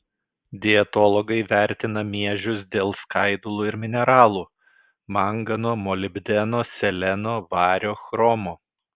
dietologai vertina miežius dėl skaidulų ir mineralų mangano molibdeno seleno vario chromo